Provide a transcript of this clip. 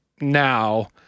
now